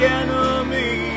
enemy